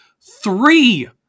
three